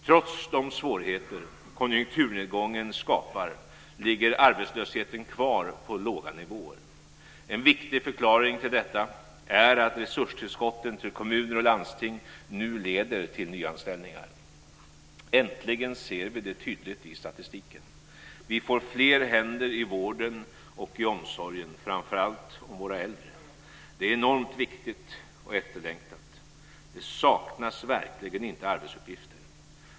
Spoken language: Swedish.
Trots de svårigheter konjunkturnedgången skapar ligger arbetslösheten kvar på låga nivåer. En viktig förklaring till detta är att resurstillskotten till kommuner och landsting nu leder till nyanställningar. Äntligen ser vi det tydligt i statistiken. Vi får fler händer i vården och i omsorgen, framför allt av våra äldre. Det är enormt viktigt och efterlängtat. Det saknas verkligen inte arbetsuppgifter.